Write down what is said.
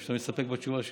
או שאתה מסתפק בתשובה שלי?